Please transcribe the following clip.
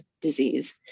disease